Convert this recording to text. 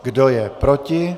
Kdo je proti?